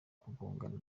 kugongana